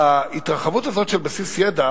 להתרחבות הזאת של בסיס ידע